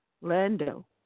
Lando